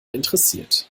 interessiert